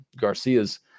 Garcia's